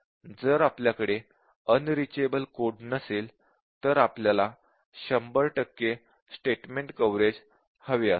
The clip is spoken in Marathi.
जर आपल्याकडे अनरिचेबल कोड नसेल तर आपल्याला 100 टक्के स्टेटमेंट कव्हरेज हवे असते